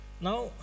Now